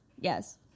Yes